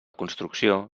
construcció